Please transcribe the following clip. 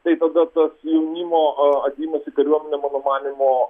tai tada tas jaunimo atėjimas į kariuomenę mano manymu